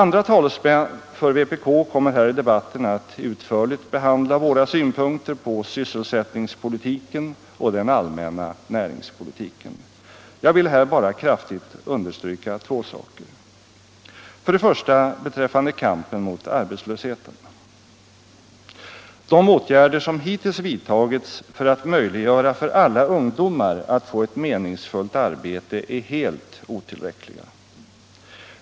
Andra talesmän för vpk kommer här i debatten att utförligt behandla våra synpunkter på sysselsättningspolitiken och den allmänna näringspolitiken. Jag vill här bara kraftigt understryka två saker. För det första beträffande kampen mot arbetslösheten: De åtgärder som hittills vidtagits för att möjliggöra för alla ungdomar att få ett meningsfullt arbete är helt otillräckliga.